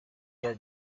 were